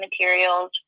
materials